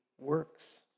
works